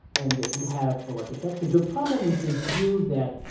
and they did have progressive taxes. the problem was the view that,